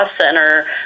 center